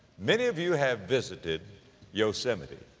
many of you have visited yosemite,